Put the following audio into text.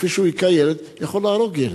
שכפי שהוא הכה ילד הוא יכול להרוג ילד.